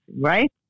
right